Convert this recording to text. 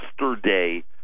yesterday